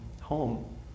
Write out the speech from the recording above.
home